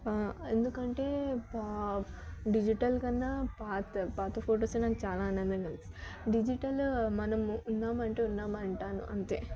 ఎందుకంటే పా డిజిటల్ కన్నా పాత పాత ఫొటోసే నాకు చాలా ఆనందం కలిగిస్తాయి డిజిటల్ మనము ఉన్నం అంటే ఉన్నాం అంటాను అంతే